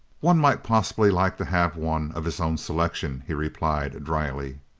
one might possibly like to have one of his own selection, he replied, dryly.